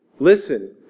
Listen